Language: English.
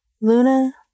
luna